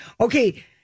Okay